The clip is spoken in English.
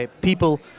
people